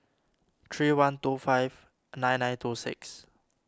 three one two five nine nine two six